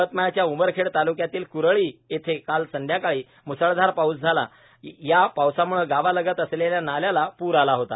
यवतमाळच्या उमरखेड ताल्क्यातील क्रळी येथे काळ संध्याकाळी म्सळधार पाऊस झाला व या पावसाम्ळे गावालगत असलेल्या नाल्याला पूर आला होता